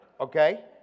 okay